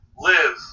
Live